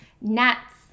nuts